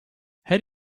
her